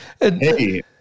Hey